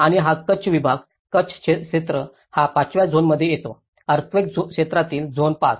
आणि हा कच्छ विभाग कच्छ क्षेत्र हा पाचव्या झोन मध्ये येतो अर्थक्वेक क्षेत्रातील झोन 5